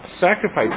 sacrifice